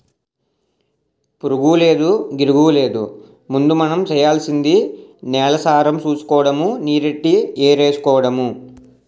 పురుగూలేదు, గిరుగూలేదు ముందు మనం సెయ్యాల్సింది నేలసారం సూసుకోడము, నీరెట్టి ఎరువేసుకోడమే